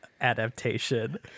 adaptation